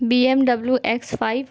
B M W X five